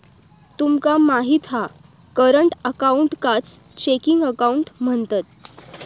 तुमका माहित हा करंट अकाऊंटकाच चेकिंग अकाउंट म्हणतत